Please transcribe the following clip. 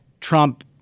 Trump